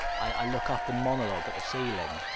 i look up and monologue at the ceiling.